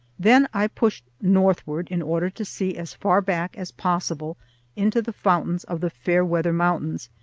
then i pushed northward in order to see as far back as possible into the fountains of the fairweather mountains,